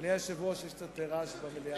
אדוני היושב-ראש, יש קצת רעש במליאה.